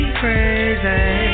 crazy